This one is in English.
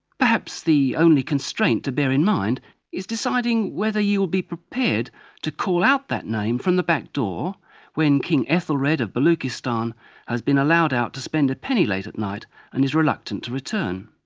perhaps the only constraint to bear in mind is deciding whether you will be prepared to call out that name from the back door when king ethelred of baluchistan has been allowed out to spend a penny late at night and is reluctant to return.